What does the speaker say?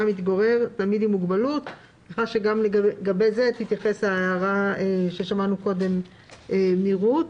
מתגורר תלמיד עם מוגבלות"." גם לגבי זה תתייחס ההערה ששמענו קודם מרות